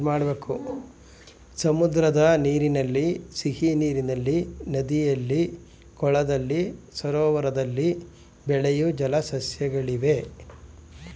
ಸಮುದ್ರದ ನೀರಿನಲ್ಲಿ, ಸಿಹಿನೀರಿನಲ್ಲಿ, ನದಿಯಲ್ಲಿ, ಕೊಳದಲ್ಲಿ, ಸರೋವರದಲ್ಲಿ ಬೆಳೆಯೂ ಜಲ ಸಸ್ಯಗಳಿವೆ